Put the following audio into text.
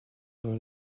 dans